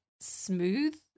smooth